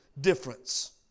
difference